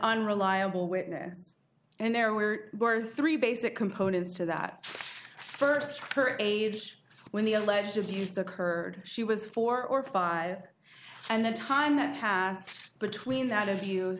unreliable witness and there were were three basic components to that first her age when the alleged abuse occurred she was four or five and the time that passed between